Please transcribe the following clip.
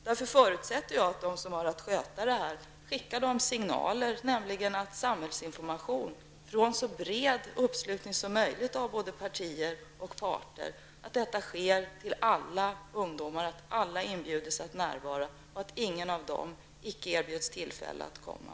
Då förutsätter jag att de som har att sköta det här har skickat rätt signaler så att denna samhällsinformation, med en så bred uppslutning som möjligt av både partier och arbetsmarknadens parter, når alla ungdomar, att alla inbjuds och ingen vägras tillfälle att komma.